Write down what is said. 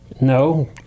No